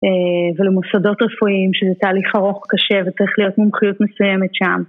ולמוסדות רפואיים שזה תהליך ארוך קשה וצריך להיות מומחיות מסוימת שם.